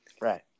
Right